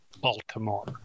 Baltimore